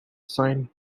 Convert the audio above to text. sign